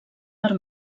per